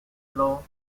law